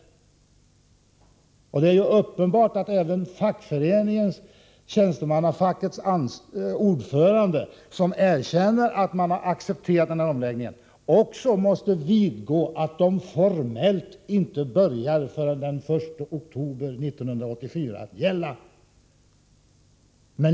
Det är uppenbart att även tjänstemannafackets ordförande, som erkänner att facket accepterar denna omläggning, också måste vidgå att förändringarna formellt inte börjar träda i kraft förrän den 1 oktober 1984.